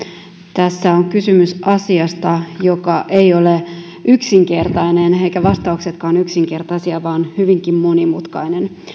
tässä on kysymys asiasta joka ei ole yksinkertainen eivätkä vastauksetkaan ole yksinkertaisia vaan hyvinkin monimutkainen